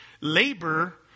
labor